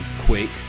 quick